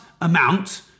amount